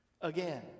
again